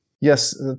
Yes